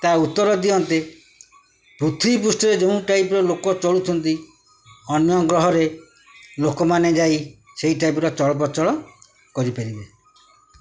ତା ଉତ୍ତର ଦିଅନ୍ତେ ପୃଥିବୀ ପୃଷ୍ଠରେ ଯେଉଁ ଟାଇପ୍ର ଲୋକ ଚଳୁଛନ୍ତି ଅନ୍ୟ ଗ୍ରହରେ ଲୋକମାନେ ଯାଇ ସେଇ ଟାଇପ୍ର ଚଳପ୍ରଚଳ କରିପାରିବେ